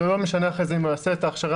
זה לא משנה אחרי זה אם הוא יעשה את ההכשרה